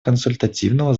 консультативного